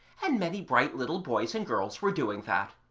and many bright little boys and girls were doing that.